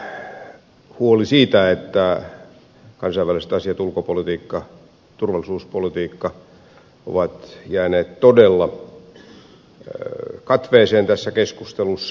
ensinnä huoli siitä että kansainväliset asiat ulkopolitiikka turvallisuuspolitiikka ovat jääneet todella katveeseen tässä keskustelussa